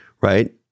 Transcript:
right